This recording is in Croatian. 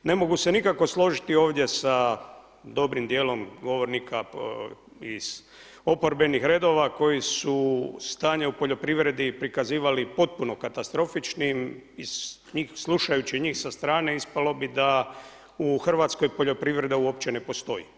Ne mogu se nikako složiti ovdje sa dobrim dijelom govornika iz oporbenih redova koji su stanje u poljoprivredi prikazivali potpuno katastrofičnim, slušajući njih sa strane ispalo bi da u Hrvatskoj poljoprivreda uopće ne postoji.